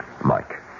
Mike